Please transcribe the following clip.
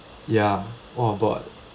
ya wanna board